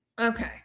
Okay